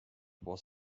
was